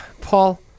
Paul